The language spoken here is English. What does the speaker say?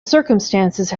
circumstances